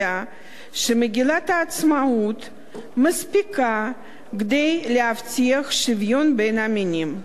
שמגילת העצמאות מספיקה כדי להבטיח שוויון בין המינים.